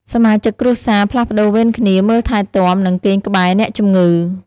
សមាជិកគ្រួសារផ្លាស់ប្តូរវេនគ្នា មើលថែទាំ និងគេងក្បែរអ្នកជម្ងឺ។